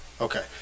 Okay